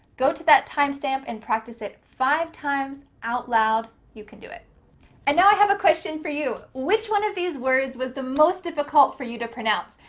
go to that time stamp and practice it five times out loud. you can do it and now, i have a question for you. which one of these words was the most difficult for you to pronounce,